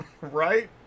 right